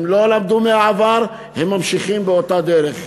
הם לא למדו מהעבר, הם ממשיכים באותה דרך.